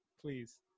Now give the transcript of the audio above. please